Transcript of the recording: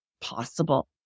possible